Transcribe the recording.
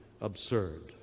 absurd